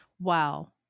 Wow